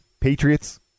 Patriots